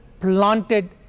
planted